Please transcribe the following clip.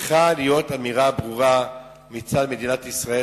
צריכה להיות אמירה ברורה מצד מדינת ישראל